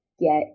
get